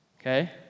Okay